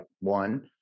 one